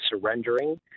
surrendering